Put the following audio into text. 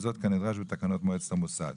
וזאת כנדרש בתקנות מועצת המוסד.